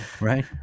right